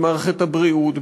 במערכת הבריאות,